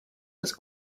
was